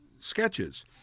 sketches